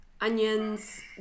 onions